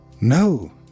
No